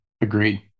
Agreed